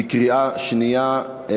בקריאה שנייה.